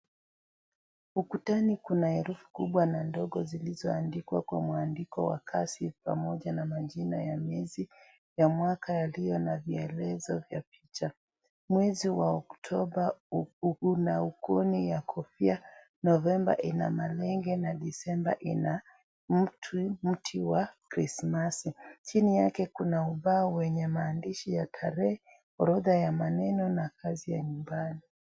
Ukutani kuna herufi kubwa na ndogo zilizoandikwa kwa mwandiko wa kasi pamoja na majina ya miezi ya mwaka yaliyo na maelezo ya picha. Mwezi wa Oktoba una ukuni wa kofia, Novemba ina malenga na Disemba ina mti wa krismasi. Chini yake kuna ubao wenye maandishi ya tarehe, orodha ya maneno na kazi ya nyumbani.